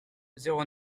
zéro